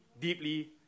deeply